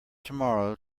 tomorrow